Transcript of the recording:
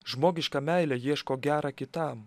žmogiška meilė ieško gera kitam